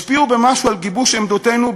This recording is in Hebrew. ישפיעו במשהו על גיבוש עמדותינו,